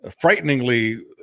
frighteningly